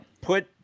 put